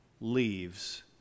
leaves